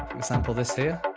and sample this here.